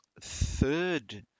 third